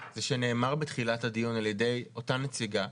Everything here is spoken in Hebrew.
זה שנאמר בתחילת הדיון על ידי אותה נציגה,